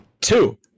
two